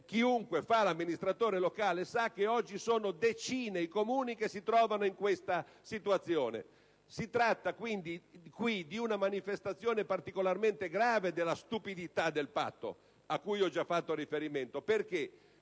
Chiunque faccia l'amministratore locale sa che sono oggi decine i Comuni che si trovano in questa situazione. Si tratta, quindi, di una manifestazione particolarmente grave della stupidità del Patto, alla quale ho già fatto riferimento.